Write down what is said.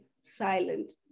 silent